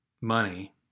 money